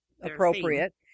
appropriate